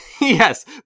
Yes